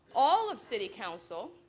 all of city council,